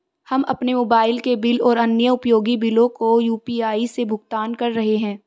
हम अपने मोबाइल के बिल और अन्य उपयोगी बिलों को यू.पी.आई से भुगतान कर रहे हैं